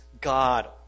God